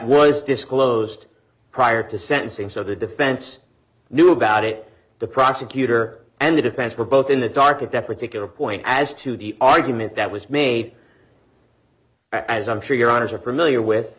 was disclosed prior to sentencing so the defense knew about it the prosecutor and the defense were both in the dark at that particular point as to the argument that was made as i'm sure your honour's are familiar with